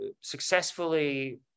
successfully